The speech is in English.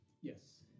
Yes